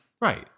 Right